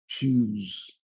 Choose